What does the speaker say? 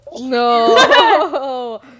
No